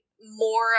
more